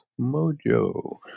Mojo